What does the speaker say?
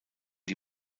die